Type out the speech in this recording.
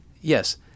yes